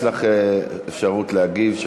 יש לך אפשרות להגיב.